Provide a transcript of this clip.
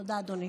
תודה, אדוני.